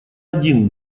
один